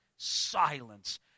silence